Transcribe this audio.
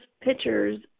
pictures